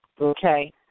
okay